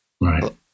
Right